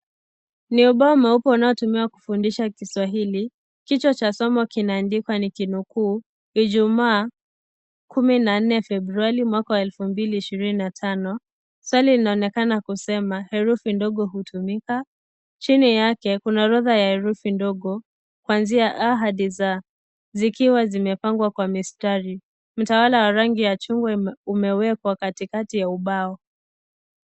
Ni ubao mweupe unaotumiwa kufundisha Kiswahil. Kichwa cha somo kinaandikwa' Ijumaa 14 Februari mwaka wa 2025.' Swali ndogo linaonekana kusema'herufi ndogo hutumika?' Chini yake kuna orodha ya herufi ndogo kuanzia /a/ hadi /z/ zikiwa zimepangwa kwa mistari. Mtaala wa rangi ya chuma umewekwa katikati ya ubao.